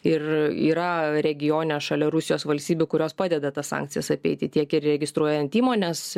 ir yra regione šalia rusijos valstybių kurios padeda tas sankcijas apeiti tiek ir registruojant įmones